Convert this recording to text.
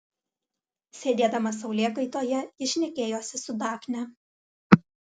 sėdėdama saulėkaitoje ji šnekėjosi su dafne